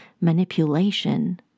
manipulation